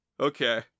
Okay